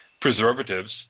preservatives